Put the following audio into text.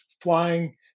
flying